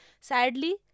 Sadly